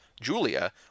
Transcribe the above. Julia